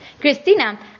Christina